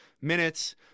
minutes